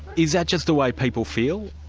is that just the way people feel,